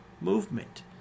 movement